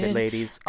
ladies